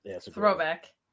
Throwback